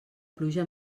pluja